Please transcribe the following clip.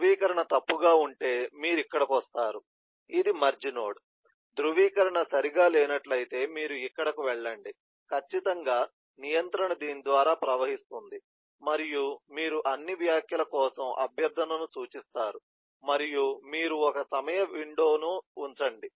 ధ్రువీకరణ తప్పుగా ఉంటే మీరు ఇక్కడకు వస్తారు ఇది మెర్జ్ నోడ్ ధ్రువీకరణ సరిగ్గా లేనట్లయితే మీరు ఇక్కడకు వెళ్లండి ఖచ్చితంగా నియంత్రణ దీని ద్వారా ప్రవహిస్తుంది మరియు మీరు అన్ని వ్యాఖ్యల కోసం అభ్యర్థనను సూచిస్తారు మరియు మీరు ఒక సమయ విండో ను ఉంచండి